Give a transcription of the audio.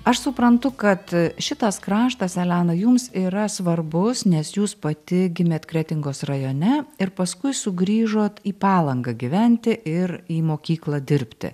aš suprantu kad šitas kraštas elena jums yra svarbus nes jūs pati gimėt kretingos rajone ir paskui sugrįžot į palangą gyventi ir į mokyklą dirbti